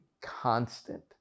constant